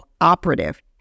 operative